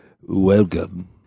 welcome